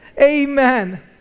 Amen